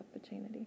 opportunity